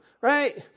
right